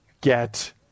get